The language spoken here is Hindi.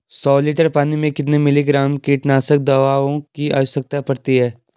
सौ लीटर पानी में कितने मिलीग्राम कीटनाशक दवाओं की आवश्यकता पड़ती है?